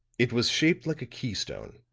it was shaped like a keystone,